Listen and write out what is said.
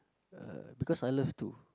uh because I love to